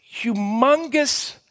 humongous